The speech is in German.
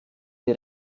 die